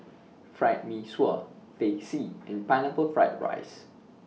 Fried Mee Sua Teh C and Pineapple Fried Rice